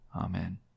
Amen